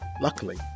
Luckily